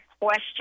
question